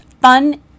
fun